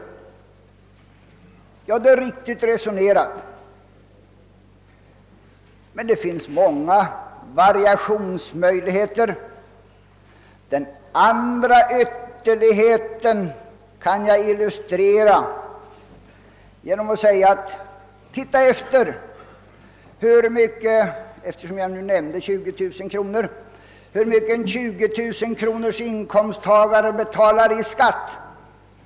Det är riktigt resonerat, men det finns många variationsmöjligheter. Den andra ytterligheten kan jag illustrera genom att säga: Titta efter hur mycket en som tjänar 20 000 kronor — jag tar den siffran eftersom jag tidigare har nämnt den — får betala i skatt!